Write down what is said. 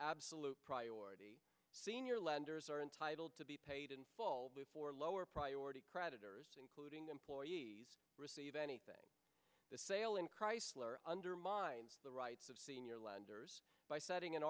absolute priority senior lenders are entitled to be paid in full before lower priority creditors including employees receive anything the sale in chrysler undermines the rights of senior lenders by setting an